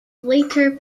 later